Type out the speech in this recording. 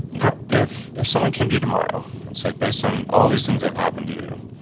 now, if if someone came to you tomorrow and said, based on all these things that have happened to you,